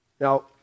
Now